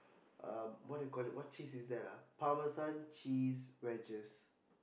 um what do you call that what cheese is that ah parmesan cheese wedges